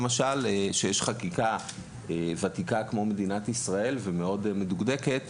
שיש בה חקיקה ותיקה כמו מדינת ישראל והיא גם מאוד מדוקדקת,